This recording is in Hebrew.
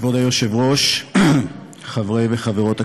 כבוד היושב-ראש, חברי וחברות הכנסת,